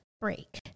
break